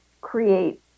create